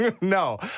no